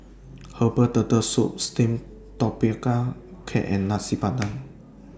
Herbal Turtle Soup Steamed Tapioca Cake and Nasi Padang